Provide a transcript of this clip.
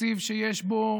תקציב שיש בו